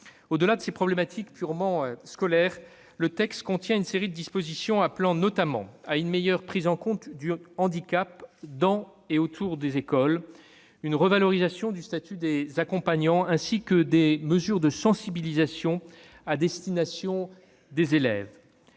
Au-delà de ces problématiques purement scolaires, le texte contient une série de dispositions appelant, notamment, à une meilleure prise en compte du handicap dans l'école et autour d'elle, à une revalorisation du statut des accompagnants, ainsi qu'à des mesures de sensibilisation destinées aux élèves.